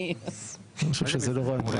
אני חושב שזה לא רעיון רע.